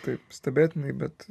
taip stebėtinai bet